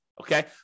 Okay